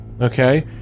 okay